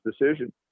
decision